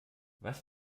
was